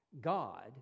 God